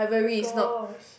oh-my-gosh